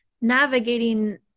navigating